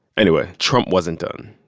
anyway, trump wasn't done.